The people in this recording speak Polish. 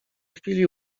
chwili